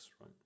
right